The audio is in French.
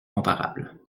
comparable